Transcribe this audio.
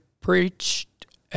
preached